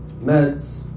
meds